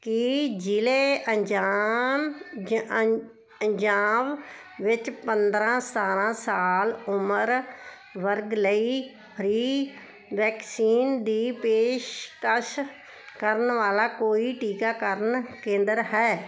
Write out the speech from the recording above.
ਕੀ ਜ਼ਿਲ੍ਹੇ ਅੰਜਾਮ ਜ ਅੰਜ ਅੰਜਾਵ ਵਿੱਚ ਪੰਦਰ੍ਹਾਂ ਸਤਾਰ੍ਹਾਂ ਸਾਲ ਉਮਰ ਵਰਗ ਲਈ ਫ੍ਰੀ ਵੈਕਸੀਨ ਦੀ ਪੇਸ਼ਕਸ਼ ਕਰਨ ਵਾਲਾ ਕੋਈ ਟੀਕਾਕਰਨ ਕੇਂਦਰ ਹੈ